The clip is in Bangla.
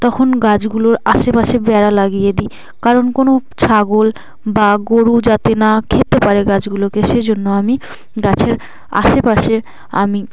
তখন গাছগুলোর আশেপাশে বেড়া লাগিয়ে দিই কারণ কোনো ছাগল বা গোরু যাতে না খেতে পারে গাছগুলোকে সেজন্য আমি গাছের আশেপাশে আমি